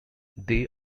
they